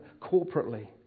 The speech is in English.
corporately